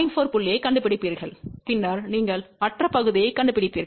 4 புள்ளியைக் கண்டுபிடிப்பீர்கள் பின்னர் நீங்கள் மற்ற பகுதியைக் கண்டுபிடிப்பீர்கள்